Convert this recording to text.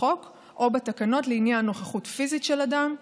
בחוק או בתקנות לעניין נוכחות פיזית של אדם,